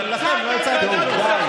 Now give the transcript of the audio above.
אבל לכם לא הצעתי כלום.